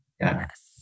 Yes